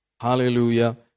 Hallelujah